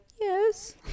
yes